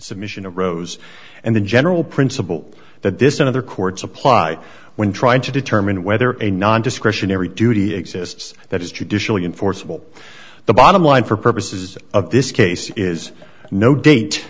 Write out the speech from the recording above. submission of rows and the general principle that this and other courts apply when trying to determine whether a non discretionary duty exists that is traditionally enforceable the bottom line for purposes of this case is no date